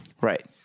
Right